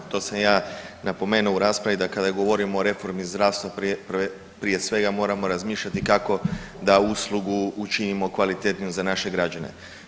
To sam ja napomenuo u raspravi da kada govorimo o reformi zdravstva prije svega moramo razmišljati kako da uslugu učinimo kvalitetnijom za naše građane.